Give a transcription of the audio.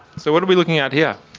so what are we looking at here?